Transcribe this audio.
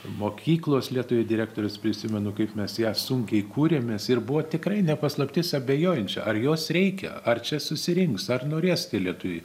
mokyklos lietuvių direktorius prisimenu kaip mes ją sunkiai kūrėmės ir buvo tikrai ne paslaptis abejojančių ar jos reikia ar čia susirinks ar norės tie lietuviai